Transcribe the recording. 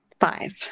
five